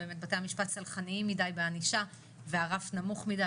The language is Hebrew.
בתי המשפט סלחניים מידי בענישה והרף נמוך מידי,